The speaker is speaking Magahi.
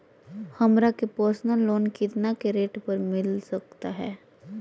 हमरा के पर्सनल लोन कितना के रेट पर मिलता सके ला?